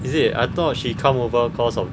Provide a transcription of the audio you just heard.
is it I thought she come over cause of